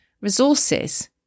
resources